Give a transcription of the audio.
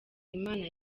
imana